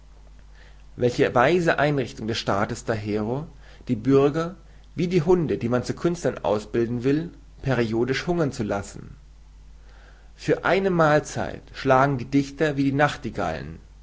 welche weise einrichtung des staats dahero die bürger wie die hunde die man zu künstlern ausbilden will periodisch hungern zu lassen für eine mahlzeit schlagen die dichter wie die nachtigallen